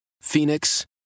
Phoenix